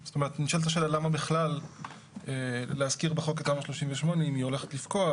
נשאלת השאלה למה בכלל להזכיר בחוק את תמ"א 38 אם היא הולכת לפקוע,